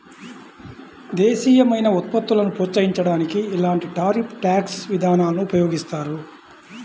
దేశీయమైన ఉత్పత్తులను ప్రోత్సహించడానికి ఇలాంటి టారిఫ్ ట్యాక్స్ విధానాలను ఉపయోగిస్తారు